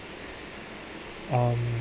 um